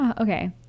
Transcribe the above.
okay